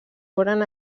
foren